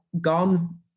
gone